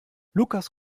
lukas